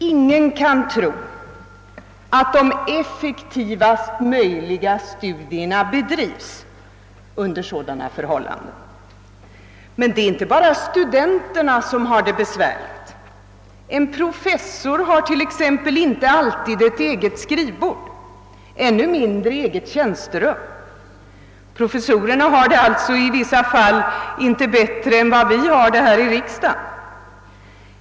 Ingen kan väl tro att de effektivast möjliga studierna bedrives under sådana förhållanden! i Men det är inte bara studenterna som har det besvärligt. En professor har t.ex. inte alltid ett eget skrivbord, än mindre ett eget tjänsterum -— professorerna har det sålunda i vissa fall inte bättre än vi här i riksdagen.